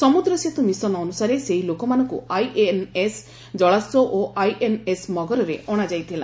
ସମୁଦ୍ର ସେତୁ ମିଶନ ଅନୁସାରେ ସେହି ଲୋକମାନଙ୍କୁ ଆଇଏନ୍ଏସ ଜଳାଶ୍ୱ ଓ ଆଇଏନ୍ଏସ୍ ମଗରରେ ଅଣାଯାଇଥିଲା